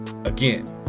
again